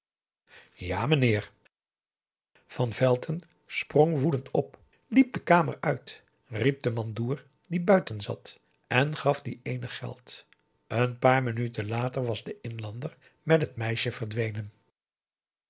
ja menèr van velton sprong woedend op liep de kamer uit riep den mandoer die buiten zat en gaf dien eenig geld een paar minuten later was de inlander met het meisje verdwenen